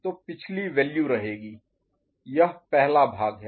तो पिछली वैल्यू रहेगी यह पहला भाग है